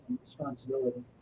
responsibility